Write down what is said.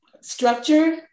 structure